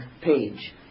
page